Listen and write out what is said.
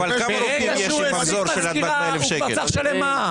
ברגע שהוא העסיק מזכירה הוא כבר צריך לשלם מע"מ.